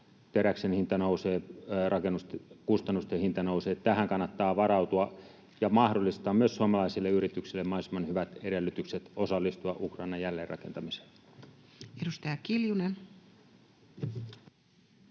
teräksen hinta nousee, rakennuskustannusten hinta nousee. Tähän kannattaa varautua ja mahdollistaa myös suomalaisille yrityksille mahdollisimman hyvät edellytykset osallistua Ukrainan jälleenrakentamiseen. [Speech